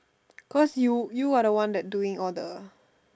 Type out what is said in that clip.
cause you you are the one that doing all the